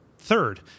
Third